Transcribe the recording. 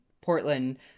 Portland